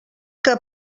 que